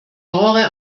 genre